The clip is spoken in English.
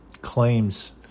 claims